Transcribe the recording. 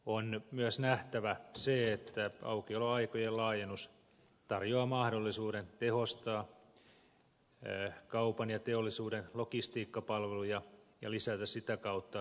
on myös nähtävä se että aukioloaikojen laajennus tarjoaa mahdollisuuden tehostaa kaupan ja teollisuuden logistiikkapalveluja ja lisätä sitä kautta kustannustehokkuutta